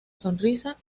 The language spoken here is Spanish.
sonrisa